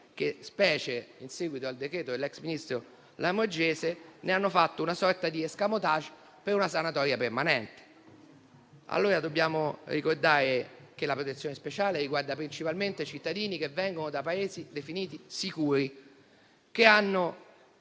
che, specialmente in seguito al decreto dell'ex ministro Lamorgese, ne hanno fatto una sorta di *escamotage* per una sanatoria permanente. Dobbiamo ricordare che la protezione speciale riguarda principalmente i cittadini che vengono da Paesi definiti sicuri e non